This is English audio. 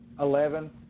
Eleven